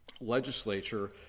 legislature